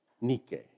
Nike